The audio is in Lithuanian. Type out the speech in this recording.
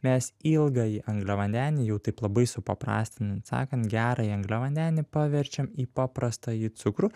mes ilgąjį angliavandenį jau taip labai supaprastinan sakan gerąjį angliavandenį paverčiam į paprastąjį cukrų